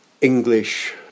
English